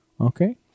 Okay